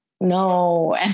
no